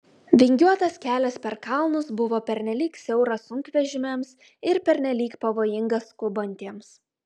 vingiuotas kelias per kalnus buvo pernelyg siauras sunkvežimiams ir pernelyg pavojingas skubantiems